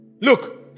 Look